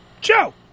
Joe